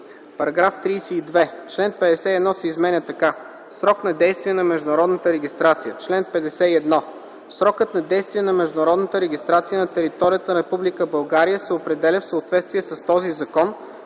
§ 32. Член 51 се изменя така: „Срок на действие на международната регистрация Чл. 51. Срокът на действие на международната регистрация на територията на Република България се определя в съответствие с този закон,